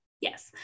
Yes